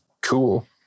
cool